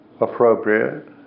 appropriate